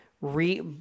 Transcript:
re